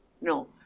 no